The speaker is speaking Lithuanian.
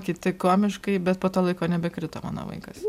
kiti komiškai bet po to laiko nebekrito mano vaikas